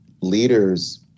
leaders